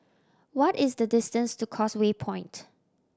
what is the distance to Causeway Point